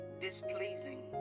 displeasing